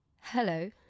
Hello